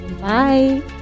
bye